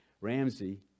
Ramsey